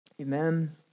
Amen